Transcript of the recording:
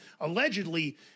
allegedly